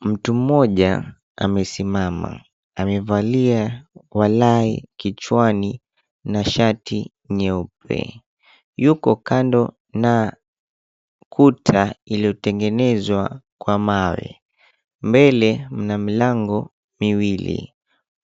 Mtu mmoja amesimama, amevalia walahi kichwani na shati nyeupe. Yuko kando na kuta iliyotengenezwa kwa mawe. Mbele mna mlango miwili,